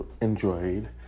enjoyed